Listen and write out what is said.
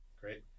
Great